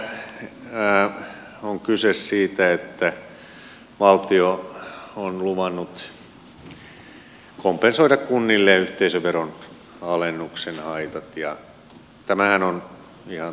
tässä on kyse siitä että valtio on luvannut kompensoida kunnille yhteisöveron alennuksen haitat ja tämähän on ihan tuttu käytäntö